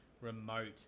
remote